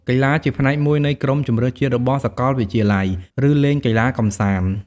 កីឡា ជាផ្នែកមួយនៃក្រុមជម្រើសជាតិរបស់សាកលវិទ្យាល័យ ឬលេងកីឡាកម្សាន្ត។